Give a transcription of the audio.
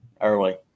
early